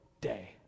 day